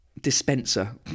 dispenser